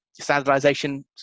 standardization